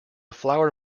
flour